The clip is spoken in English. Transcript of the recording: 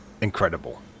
incredible